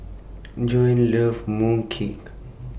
Joan loves Mooncake